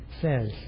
says